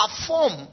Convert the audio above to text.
perform